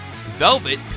Velvet